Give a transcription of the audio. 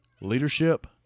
leadership